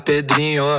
Pedrinho